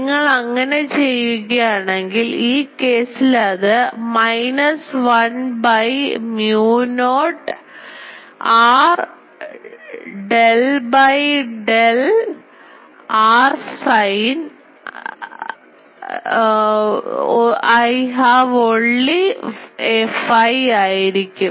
നിങ്ങൾ അങ്ങനെ ചെയ്യുകയാണെങ്കിൽ ഈ കേസിൽ അത് minus 1 by mu not r del by del r since I have only a phi ആയിരിക്കും